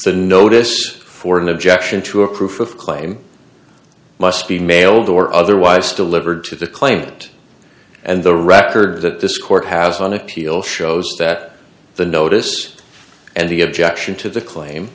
the notice for an objection to a proof of claim must be mailed or otherwise delivered to the claimant and the record that this court has on appeal shows that the notice and the objection to the claim